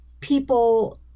people